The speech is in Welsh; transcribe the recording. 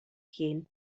hun